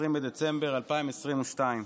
20 בדצמבר 2022,